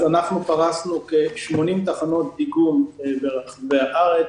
אנחנו פרשנו כ-80 תחנות דיגום ברחבי הארץ.